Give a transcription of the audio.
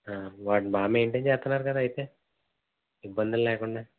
వాటిని బా మెయింటైన్ చేస్తున్నారు కదా అయితే ఇబ్బంది లేకుండా